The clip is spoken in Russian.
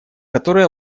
которые